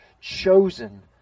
chosen